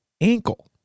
ankle